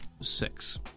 Six